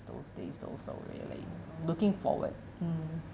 those days those are really looking forward mm